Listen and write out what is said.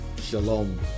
Shalom